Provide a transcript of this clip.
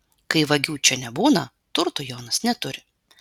kai vagių čia nebūna turtų jonas neturi